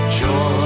joy